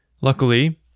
Luckily